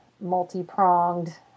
multi-pronged